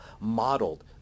modeled